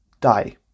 die